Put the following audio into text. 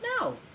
No